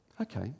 Okay